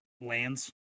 lands